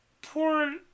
Poor